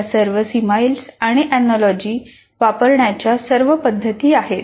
या सर्व सीमाइल्स आणि एनोलॉजीज वापरण्याच्या सर्व पद्धती आहेत